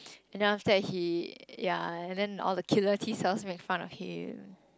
and then after that he yeah and then all the killer T cells make fun of him